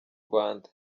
rwanda